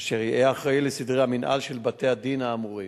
אשר יהא אחראי לסדרי המינהל של בתי-הדין האמורים.